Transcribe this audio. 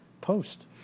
post